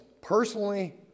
personally